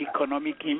economic